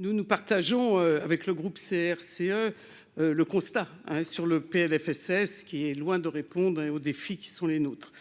nous nous partageons avec le groupe CRCE le constat sur le PLFSS qui est loin de répondre aux défis qui sont les nôtres,